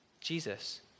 Jesus